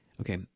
okay